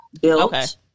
built